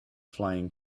flying